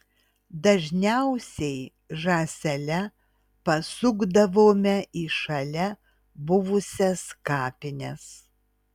dažniausiai žąsele pasukdavome į šalia buvusias kapines